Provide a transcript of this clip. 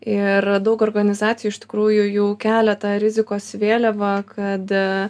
ir daug organizacijų iš tikrųjų jau kelia tą rizikos vėliavą kad